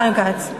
חיים כץ.